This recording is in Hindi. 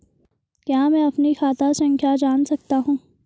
क्या मैं अपनी खाता संख्या जान सकता हूँ?